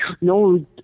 No